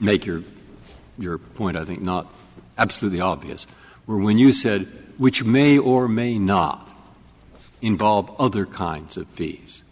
make your your point i think not absolutely obvious where when you said which may or may not involve other kinds of fees